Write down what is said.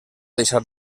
deixar